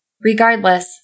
Regardless